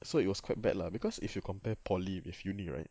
so it was quite bad lah because if you compare poly with uni right